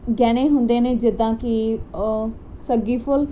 ਗਹਿਣੇ ਹੁੰਦੇ ਨੇ ਜਿੱਦਾਂ ਕੀ ਸੱਗੀ ਫੁੱਲ